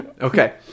okay